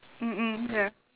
mm mm ya